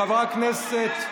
--- חברי הכנסת,